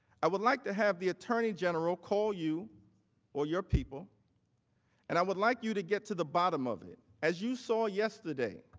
i would like to have the eternal general call you or your people and i would like you to get to the bottom of it. as you saw yesterday,